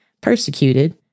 persecuted